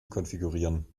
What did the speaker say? konfigurieren